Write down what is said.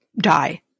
die